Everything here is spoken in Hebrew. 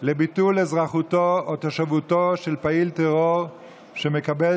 לביטול אזרחותו או תושבותו של פעיל טרור שמקבל